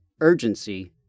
urgency